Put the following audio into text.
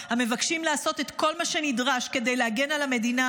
המבקשים לעשות את כל מה שנדרש כדי להגן על המדינה,